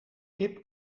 kip